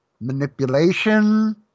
manipulation